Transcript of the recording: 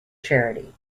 charity